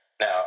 Now